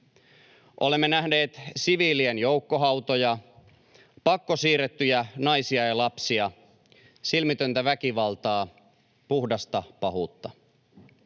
Olemme nähneet siviilien joukkohautoja, pakkosiirrettyjä naisia ja lapsia, silmitöntä väkivaltaa — puhdasta pahuutta.